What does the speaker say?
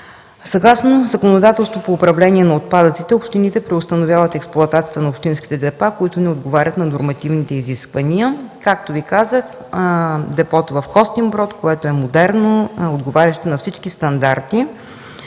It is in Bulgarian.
Съгласно законодателството по управление на отпадъците, общините преустановяват експлоатацията на общинските депа, които не отговарят на нормативните изисквания. Както Ви казах, депото в Костинброд, което е модерно, отговарящо на всички стандарти,